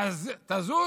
תזוז,